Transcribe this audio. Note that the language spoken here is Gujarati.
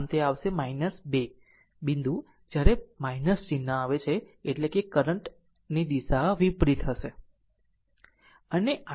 તે આવશે 2 બિંદુ જ્યારે ચિહ્ન આવે છે એટલે કરંટ ની દિશા વિપરીત થશે